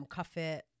Cuffit